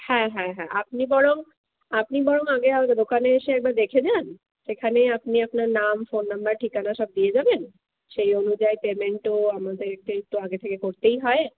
হ্যাঁ হ্যাঁ হ্যাঁ আপনি বরং আপনি বরং আগে আমাদের দোকানে এসে একবার দেখে যান সেখানেই আপনি আপনার নাম ফোন নম্বর ঠিকানা সব দিয়ে যাবেন সেই অনুযায়ী পেমেন্টও আমাদেরকে তো আগে থেকে করতেই হয়